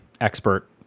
expert